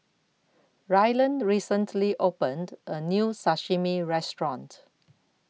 Rylan recently opened A New Sashimi Restaurant